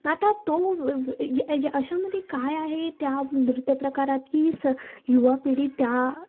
आता तो व य य अशामध्ये काय आहे त्या नृत्यप्रकारात की स युवापिढी त्या